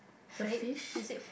the fish